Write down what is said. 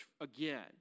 again